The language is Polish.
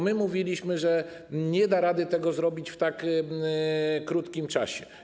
My mówiliśmy, że nie da rady tego zrobić w tak krótkim czasie.